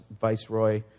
viceroy